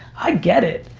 i get it.